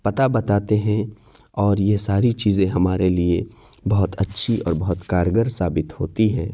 پتہ بتاتے ہیں اور یہ ساری چیزیں ہمارے لیے بہت اچھی اور بہت کارگر ثابت ہوتی ہیں